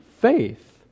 faith